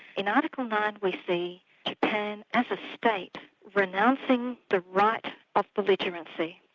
in article nine we see japan as a state renouncing the right of belligerency,